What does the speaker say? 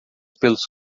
pelos